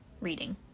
reading